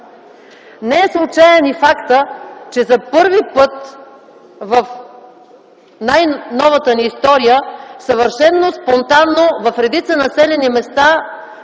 Не е случаен и фактът, че за първи път в най-новата ни история съвършено спонтанно в редица населени места